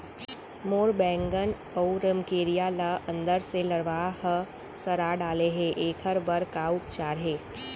मोर बैगन अऊ रमकेरिया ल अंदर से लरवा ह सड़ा डाले हे, एखर बर का उपचार हे?